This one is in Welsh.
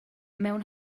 mewn